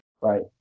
Right